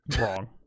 Wrong